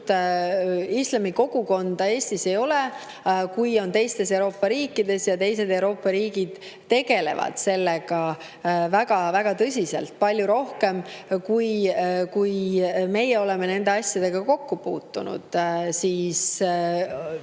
islami kogukonda, kui on teistes Euroopa riikides. Teised Euroopa riigid tegelevad sellega väga-väga tõsiselt ja palju rohkem, kui meie oleme nende asjadega kokku puutunud, seoses